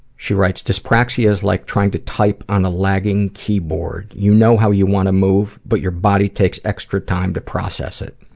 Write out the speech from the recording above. she writes dyspraxia is like trying to type on a lacking keyboard. you know how you want to move but your body takes extra time to process it.